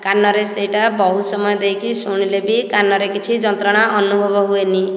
କାନରେ ସେଇଟା ବହୁତ ସମୟ ଦେଇ କି ଶୁଣିଲେ ବି କାନରେ କିଛି ଯନ୍ତ୍ରଣା ଅନୁଭବ ହୁଏ ନାହିଁ